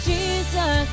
Jesus